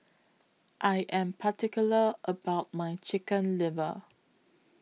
I Am particular about My Chicken Liver